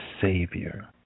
savior